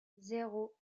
zéro